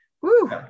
Woo